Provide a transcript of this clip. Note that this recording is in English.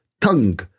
tongue